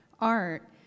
art